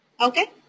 Okay